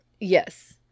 Yes